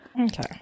Okay